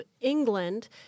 England